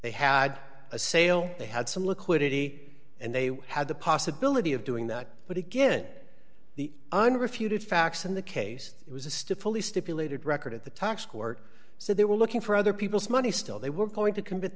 they had a sale they had some liquidity and they had the possibility of doing that but again the unrefuted facts in the case it was a stiff fully stipulated record at the tax court so they were looking for other people's money still they were going to commit